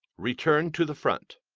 return to the front.